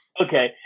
Okay